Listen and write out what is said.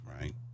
right